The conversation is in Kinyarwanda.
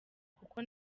kuko